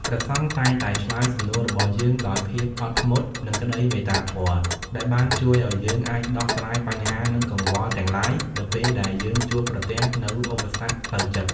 ព្រះសង្ឃតែងតែឆ្លើយសំណួររបស់យើងដោយភាពអត់ធ្មត់និងក្តីមេត្តាធម៌ ដែលបានជួយឱ្យយើងអាចដោះស្រាយបញ្ហានិងកង្វល់ទាំងឡាយនៅពេលដែលយើងជួបប្រទះនូវឧបសគ្គផ្លូវចិត្ត។